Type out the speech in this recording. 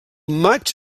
maig